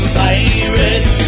pirates